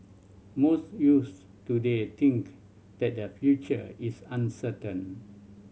most youths today think that their future is uncertain